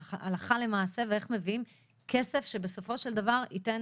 הלכה למעשה ואיך מביאים כסף שבסופו של דבר ייתן